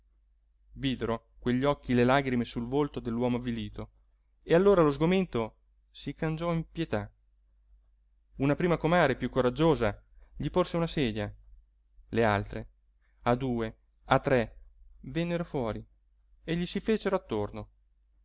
spiavano videro quegli occhi le lagrime sul volto dell'uomo avvilito e allora lo sgomento si cangiò in pietà una prima comare piú coraggiosa gli porse una sedia le altre a due a tre vennero fuori e gli si fecero attorno